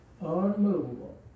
unmovable